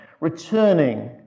returning